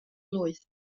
blwydd